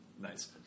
nice